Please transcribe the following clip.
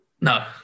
no